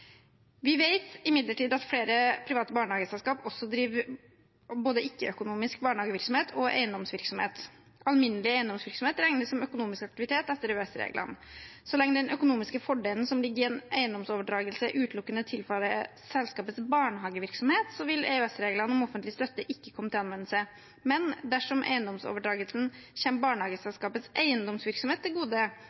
Vi vet imidlertid at flere private barnehageselskap driver både ikke-økonomisk barnehagevirksomhet og eiendomsvirksomhet. Alminnelig eiendomsvirksomhet regnes som økonomisk aktivitet etter EØS-reglene. Så lenge den økonomiske fordelen som ligger i en eiendomsoverdragelse, utelukkende tilfaller selskapets barnehagevirksomhet, vil EØS-reglene om offentlig støtte ikke komme til anvendelse. Men dersom eiendomsoverdragelsen kommer barnehageselskapets eiendomsvirksomhet til gode,